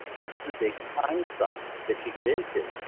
that's the big time suck that you get into.